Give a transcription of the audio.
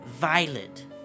Violet